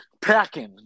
packing